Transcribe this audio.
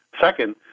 Second